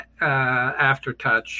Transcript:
aftertouch